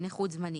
נכות זמנית.